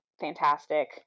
fantastic